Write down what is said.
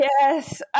yes